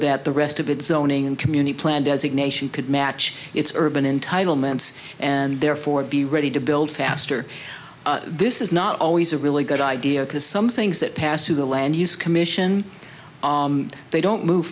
that the rest of it zoning and community plan designation could match its urban entitlements and therefore be ready to build faster this is not always a really good idea because some things that pass through the land use commission they don't move